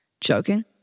joking